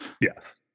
Yes